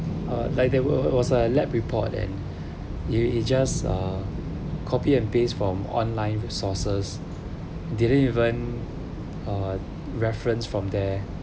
uh like they were was a lab report and you you just uh copy and paste from online sources didn't even uh reference from there